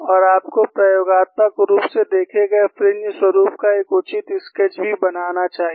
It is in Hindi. और आपको प्रयोगात्मक रूप से देखे गए फ्रिंज स्वरुप का एक उचित स्केच भी बनाना चाहिए